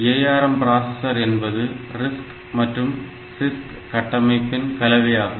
ARM processor என்பது RISC மற்றும் CISC கட்டமைப்பின் கலவையாகும்